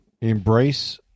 Embrace